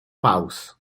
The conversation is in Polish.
pauz